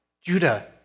Judah